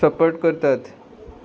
support करतात